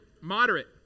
moderate